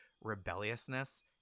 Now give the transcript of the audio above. rebelliousness